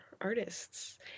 artists